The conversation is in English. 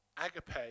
Agape